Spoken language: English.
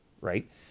right